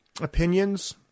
opinions